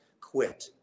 quit